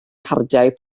cardiau